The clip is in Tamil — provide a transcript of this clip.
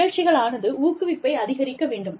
நிகழ்ச்சிகளானது ஊக்குவிப்பை அதிகரிக்க வேண்டும்